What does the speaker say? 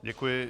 Děkuji.